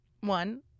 One